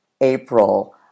April